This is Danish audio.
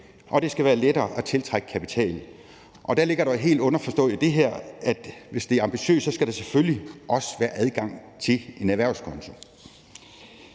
og det skal være lettere at tiltrække kapital. Og i det ligger der underforstået, at hvis det er ambitiøst, skal der selvfølgelig også være adgang til en erhvervskonto.